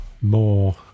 more